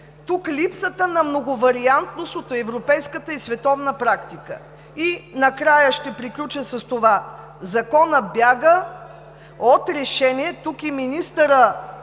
е и липсата на многовариантност от европейската и световната практика. Накрая ще приключа с това, че Законът бяга от решение – тук и министърът